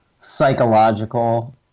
Psychological